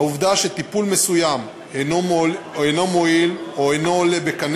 העובדה שטיפול מסוים אינו מועיל או אינו עולה בקנה